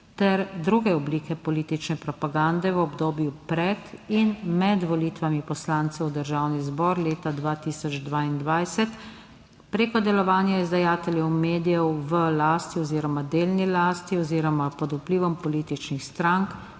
ter druge oblike politične propagande v obdobju pred in med volitvami poslancev v Državni zbor leta 2022. Preko delovanja izdajateljev medijev v lasti oziroma delni lasti oziroma pod vplivom političnih strank,